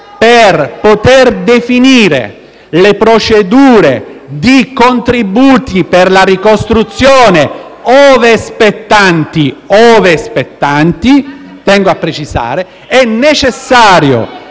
Per poter definire le procedure di contributi per la ricostruzione, ove spettanti, tengo a precisarlo, è necessario